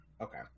Okay